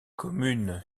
commune